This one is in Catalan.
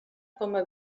coma